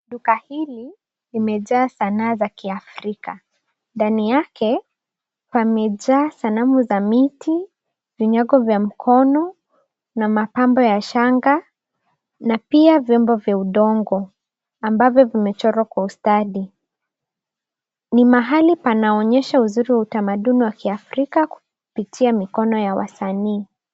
Duka hili limejaa sanaa za kiafrika. Ndani yake pamejaa sanamu za mti, vinyago vya mkono na mapambo ya shanga na pia vyombo vya udongo ambavyo vimechorwa kwa ustadi .Ni mahali panaonesha uzuri wa tamaduni wa kiafrika kupitia mikono ya wasanii.